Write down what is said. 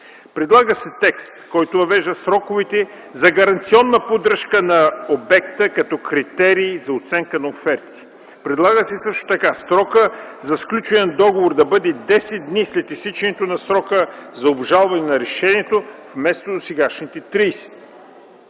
Предлага се текст, който въвежда сроковете за гаранционна поддръжка на обекта като критерий за оценка на офертите. Предлага се също така срокът за сключване на договор да бъде 10 дни след изтичането на срока за обжалване на решението, вместо досегашните 30.